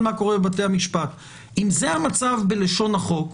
מה שקורה בתי המשפט אם זה המצב בלשון החוק,